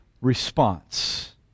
response